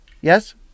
Yes